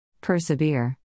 Persevere